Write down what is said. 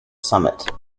summit